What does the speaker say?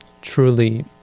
truly